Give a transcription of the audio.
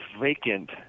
vacant